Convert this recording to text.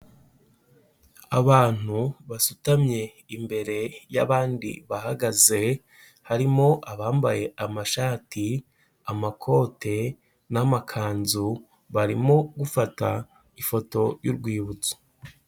Abantu basutamye imbere y'abandi bahagaze, harimo abambaye amashati, amakote n'amakanzu, barimo gufata ifoto y'urwibutso.